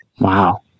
Wow